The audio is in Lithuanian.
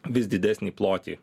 vis didesnį plotį